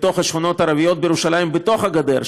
בשכונות הערביות בירושלים שבתוך הגדר,